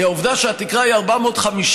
כי העובדה שהתקרה היא 450,000,